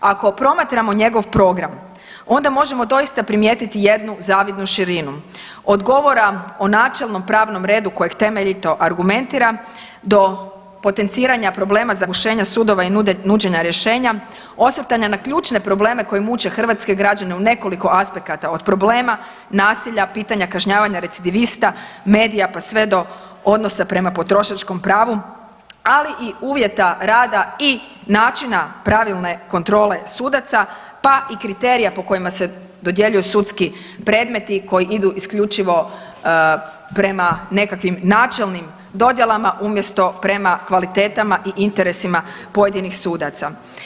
Ako promatramo njegov program onda možemo doista primijetiti jednu zavidnu širinu od govora o načelnom pravnom redu kojeg temeljito argumentira do potenciranja problema zagušenja sudova i nuđenja rješenja, osvrtanja na ključne probleme koje muče hrvatske građene u nekoliko aspekata od problema nasilja, pitanja kažnjavanja recidivista, medija pa sve do odnosa prema potrošačkom pravu, ali i uvjeta rada i načina pravilne kontrole sudaca pa i kriterija po kojima se dodjeljuju sudski predmeti koji idu isključivo prema nekakvim načelnim dodjelama umjesto prema kvalitetama i interesima pojedinih sudaca.